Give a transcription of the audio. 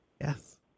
Yes